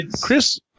Chris